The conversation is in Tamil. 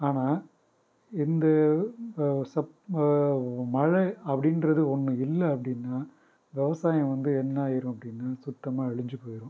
ஆனால் எங்கள் செப் ம மழை அப்படின்றது ஒன்று இல்லை அப்படின்னா விவசாயம் வந்து என்னாயிரும் அப்படின்னா சுத்தமாக அழிஞ்சு போயிரும்